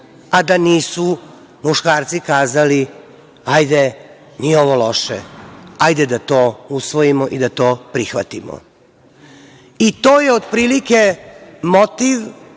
a da nisu muškarci kazali – hajde, nije ovo loše, hajde da to usvojimo i prihvatimo.I to je otprilike motiv